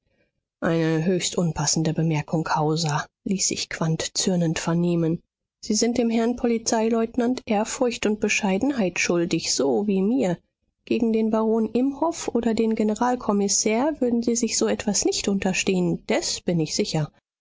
eine höchst unpassende bemerkung hauser ließ sich quandt zürnend vernehmen sie sind dem herrn polizeileutnant ehrfurcht und bescheidenheit schuldig so wie mir gegen den baron imhoff oder den